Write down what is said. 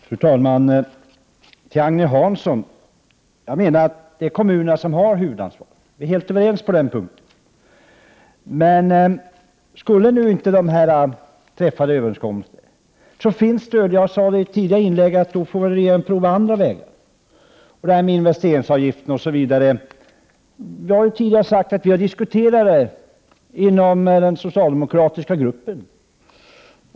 Fru talman! Till Agne Hansson vill jag säga: Jag menar att det är kommunerna som har huvudansvaret — vi är helt överens på den punkten. Men skulle nu inte de träffade överenskommelserna fungera får väl regeringen prova andra vägar, som jag sade i ett tidigare inlägg. När det gäller investeringsavgiften, osv., har jag tidigare sagt att vi har diskuterat det här inom den socialdemokratiska gruppen.